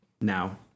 now